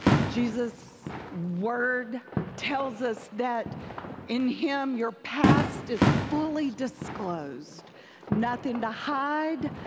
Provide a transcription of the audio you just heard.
jesus' word tells us that in him, your past is fully disposed nothing to hide,